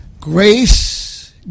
Grace